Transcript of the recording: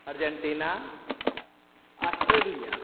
Argentina Australia